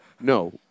No